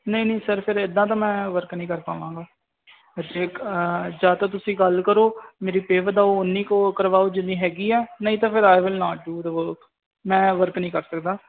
ਨਹੀਂ ਨਹੀਂ ਸਰ ਫਿਰ ਇਦਾਂ ਤਾਂ ਮੈਂ ਵਰਕ ਨਹੀਂ ਕਰ ਪਾਵਾਂਗਾ ਤੇ ਜਾਂ ਤਾਂ ਤੁਸੀਂ ਗੱਲ ਕਰੋ ਮੇਰੀ ਪੇ ਵਧਾਓ ਉਨੀ ਕੁ ਕਰਵਾਓ ਜਿੰਨੀ ਹੈਗੀ ਆ ਨਹੀਂ ਤਾਂ ਫਿਰ I will no do the work ਮੈਂ ਵਰਕ ਨਹੀਂ ਕਰ ਸਕਦਾ